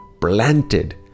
planted